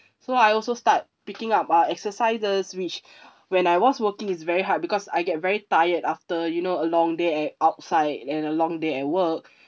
so I also start picking up uh exercises which when I was working is very hard because I get very tired after you know a long day at outside and a long day at work